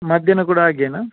ಮಧ್ಯಾಹ್ನ ಕೂಡ ಹಾಗೇನಾ